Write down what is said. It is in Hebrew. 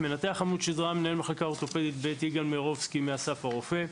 מנתח עמוד שדרה מנהל המחלקה האורתופדית ב' יגאל מירובסקי מאסף הרופא,